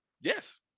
Yes